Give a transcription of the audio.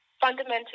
Fundamentally